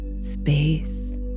space